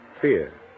Fear